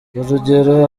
urugero